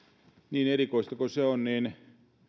niin erikoista kuin se onkin niin